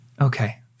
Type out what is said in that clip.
Okay